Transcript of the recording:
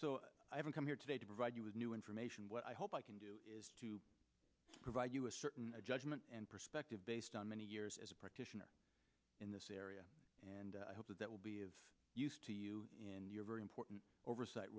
so i haven't come here today to provide you with new information what i hope i can do is to provide you a certain a judgment and perspective based on many years as a practitioner in this area and i hope that that will be of use to you in your very important oversight